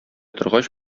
торгач